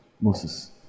Moses